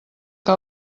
que